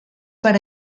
per